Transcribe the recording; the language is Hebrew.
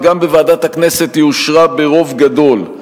וגם בוועדת הכנסת היא אושרה ברוב גדול,